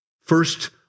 First